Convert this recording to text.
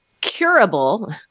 curable